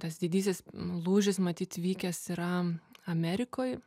tas didysis lūžis matyt vykęs yra amerikoj